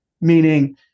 meaning